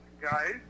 Guys